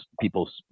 people's